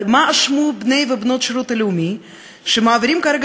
אבל מה אשמו בני ובנות השירות הלאומי שמעבירים כרגע